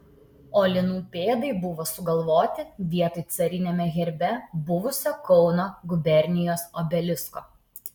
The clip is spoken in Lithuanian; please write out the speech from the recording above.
o linų pėdai buvo sugalvoti vietoj cariniame herbe buvusio kauno gubernijos obelisko